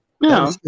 No